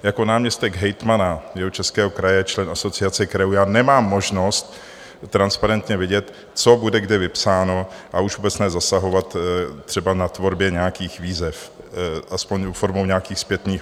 Jako náměstek hejtmana Jihočeského kraje, člen Asociace krajů, nemám možnost transparentně vidět, co bude kde vypsáno, a už vůbec ne zasahovat třeba na tvorbě nějakých výzev, aspoň formou nějakých zpětných vazeb.